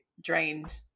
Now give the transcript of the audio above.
drained